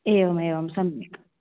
एवमेवं सम्यक्